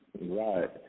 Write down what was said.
Right